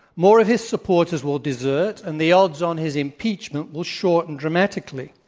more of his supporters will desert, and the odds on his impeachment will shorten dramatically.